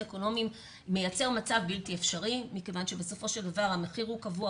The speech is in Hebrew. אקונומיים מייצר מצב בלתי אפשרי מכיוון שבסופו של דבר המחיר הוא קבוע,